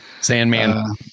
Sandman